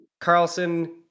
Carlson